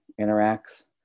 interacts